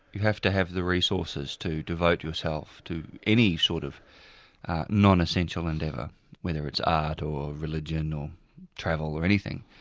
have to have the resources to devote yourself to any sort of non-essential endeavour whether it's art or religion or travel or anything.